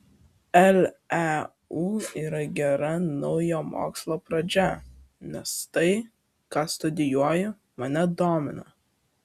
leu yra gera naujo mokslo pradžia nes tai ką studijuoju mane domina